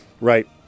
Right